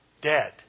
dead